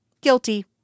Guilty